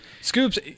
Scoops